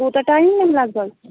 کوٗتاہ ٹایِم لَگہِ لَگ بَگ